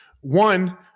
One